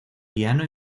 piano